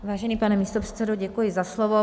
Vážený pane místopředsedo, děkuji za slovo.